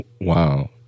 Wow